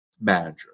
manager